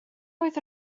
oedd